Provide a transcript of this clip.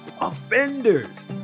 offenders